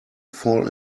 fall